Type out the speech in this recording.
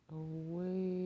away